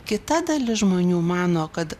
kita dalis žmonių mano kad